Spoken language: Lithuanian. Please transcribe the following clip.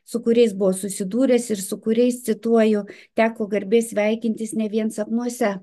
su kuriais buvo susidūręs ir su kuriais cituoju teko garbė sveikintis ne vien sapnuose